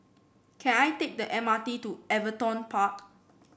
can I take the M R T to Everton Park